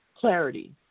clarity